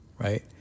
Right